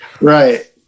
Right